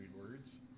words